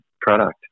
product